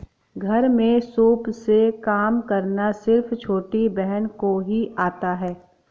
घर में सूप से काम करना सिर्फ छोटी बहन को ही आता है